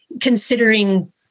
considering